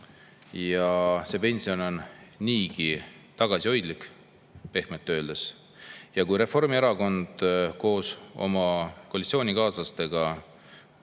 ja see pension on niigi tagasihoidlik, pehmelt öeldes? Kui Reformierakond koos oma koalitsioonikaaslastega,